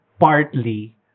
partly